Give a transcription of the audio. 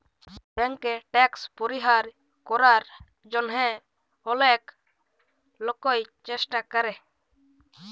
ব্যাংকে ট্যাক্স পরিহার করার জন্যহে অলেক লোকই চেষ্টা করে